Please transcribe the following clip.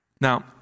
Now